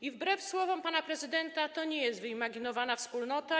I wbrew słowom pana prezydenta to nie jest wyimaginowana wspólnota.